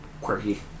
quirky